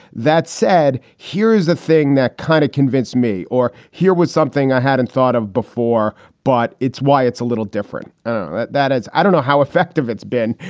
that said, here is the thing that kind of convinced me or here was something i hadn't thought of before. but it's why it's a little different that that it's i don't know how effective it's been,